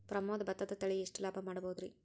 ಪ್ರಮೋದ ಭತ್ತದ ತಳಿ ಎಷ್ಟ ಲಾಭಾ ಮಾಡಬಹುದ್ರಿ?